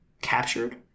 Captured